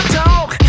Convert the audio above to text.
talk